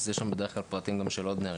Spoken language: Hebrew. יש לפעמים גם פרטים של עוד נערים.